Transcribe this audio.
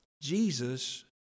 Jesus